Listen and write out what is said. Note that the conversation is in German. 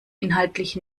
inhaltlich